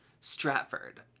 Stratford